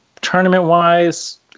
tournament-wise